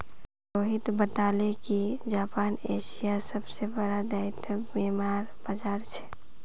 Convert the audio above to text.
रोहित बताले कि जापान एशियार सबसे बड़ा दायित्व बीमार बाजार छे